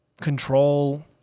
control